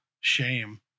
shame